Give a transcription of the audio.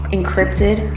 Encrypted